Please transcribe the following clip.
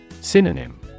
Synonym